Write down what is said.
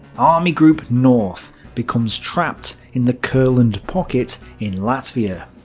army group north becomes trapped in the courland pocket in latvia.